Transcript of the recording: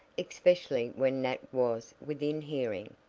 especially when nat was within hearing.